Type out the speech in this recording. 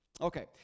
okay